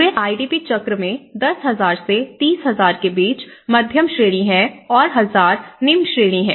पूरे आईडीपी चक्र में 10000 से 30000 के बीच मध्यम श्रेणी है और 1000 निम्न श्रेणी है